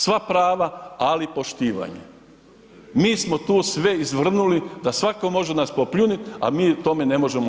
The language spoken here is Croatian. Sva prava ali i poštivanje, mi smo tu sve izvrnuli da svako može nas popljunit a mi tome ne možemo.